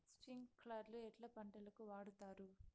స్ప్రింక్లర్లు ఎట్లా పంటలకు వాడుతారు?